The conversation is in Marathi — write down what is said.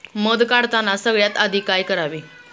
मध काढताना सगळ्यात आधी काय करावे?